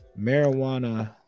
Marijuana